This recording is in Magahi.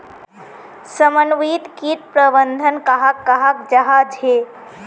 समन्वित किट प्रबंधन कहाक कहाल जाहा झे?